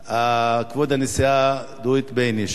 כבוד הנשיאה דורית בייניש.